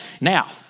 Now